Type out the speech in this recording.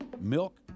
Milk